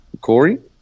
Corey